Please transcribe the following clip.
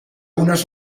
unes